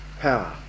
power